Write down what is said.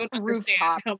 rooftop